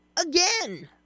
again